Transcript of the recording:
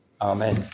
Amen